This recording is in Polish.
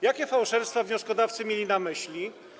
Jakie fałszerstwa wnioskodawcy mieli na myśli?